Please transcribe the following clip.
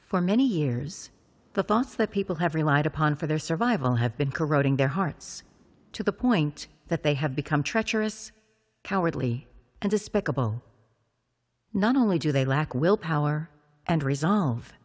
for many years the thoughts that people have relied upon for their survival have been corroding their hearts to the point that they have become treacherous cowardly and despicable not only do they lack willpower and resolve